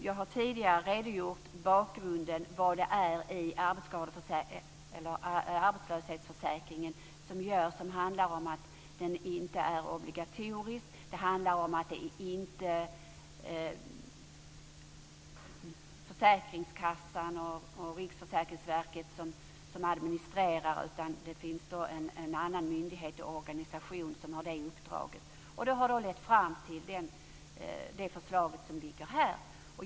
Jag har tidigare redogjort för bakgrunden, dvs. vad det är i arbetslöshetsförsäkringen som gör detta. Det handlar om att den inte är obligatorisk, och det handlar om att det inte är försäkringskassan och Riksförsäkringsverket som administrerar den, utan det finns en annan myndighet eller organisation som har det uppdraget. Det har då lett fram till det förslag som ligger här.